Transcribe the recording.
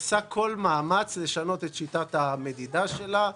עושה כל מאמץ לשנות את שיטת המדידה שלה.